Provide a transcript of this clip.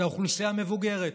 את האוכלוסייה המבוגרת.